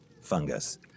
fungus